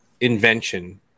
invention